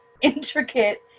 intricate